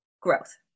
growth